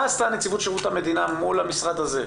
מה עשתה נציבות שירות המדינה מול המשרד הזה?